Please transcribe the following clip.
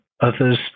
others